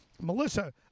Melissa